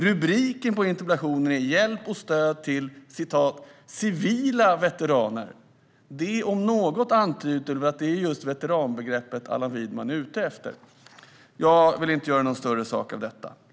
Rubriken på interpellationen är: Hjälp och stöd till civila veteraner. Det om något antyder väl att det är just veteranbegreppet Allan Widman är ute efter. Jag vill inte göra någon större sak av detta.